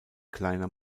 kleiner